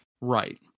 Right